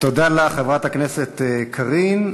חברת הכנסת קארין.